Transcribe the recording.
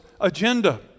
agenda